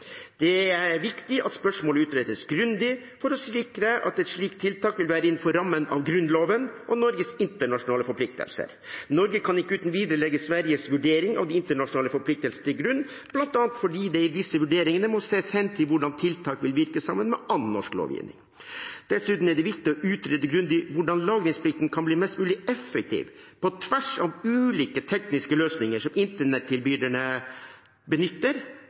Det er viktig at spørsmålet utredes grundig, for å sikre at et slikt tiltak vil være innenfor rammen av Grunnloven og Norges internasjonale forpliktelser. Norge kan ikke uten videre legge Sveriges vurdering av internasjonale forpliktelser til grunn, bl.a. fordi det i disse vurderingene må ses hen til hvordan tiltak vil virke sammen med annen norsk lovgivning. Dessuten er det viktig å utrede grundig hvordan lagringsplikten kan bli mest mulig effektiv, på tvers av ulike tekniske løsninger som internettilbyderne benytter,